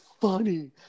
funny